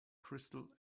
crystal